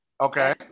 Okay